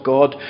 God